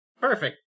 Perfect